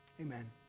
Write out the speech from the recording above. Amen